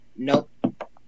Nope